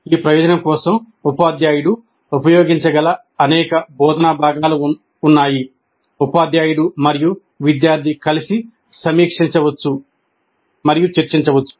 ఈ ప్రయోజనం కోసం ఉపాధ్యాయుడు ఉపయోగించగల అనేక బోధనా భాగాలు ఉన్నాయి ఉపాధ్యాయుడు మరియు విద్యార్థి కలిసి సమీక్షించవచ్చు చర్చించవచ్చు